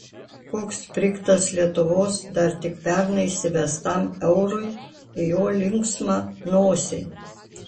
koks sprigtas lietuvos dar tik pernai įsivestam eurui į jo linksmą nosį